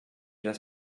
das